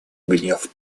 гнев